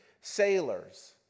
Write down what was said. sailors